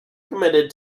committed